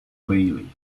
bailey